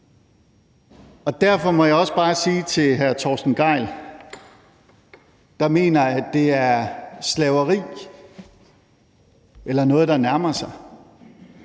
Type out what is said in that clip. Derfor må jeg også bare sige til hr. Torsten Gejl, der mener, at det er slaveri eller noget, der nærmer sig,